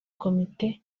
komite